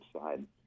side